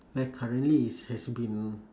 well currently it has been